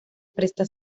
presta